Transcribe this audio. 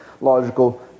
logical